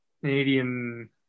Canadian